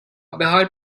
بحال